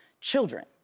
children